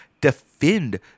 defend